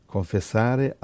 Confessare